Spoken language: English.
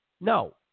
no